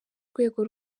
rwego